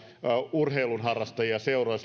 urheilun harrastajia seuroissa